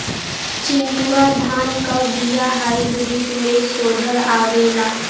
चिन्टूवा धान क बिया हाइब्रिड में शोधल आवेला?